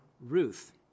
Ruth